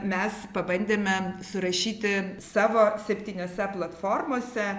mes pabandėme surašyti savo septyniose platformose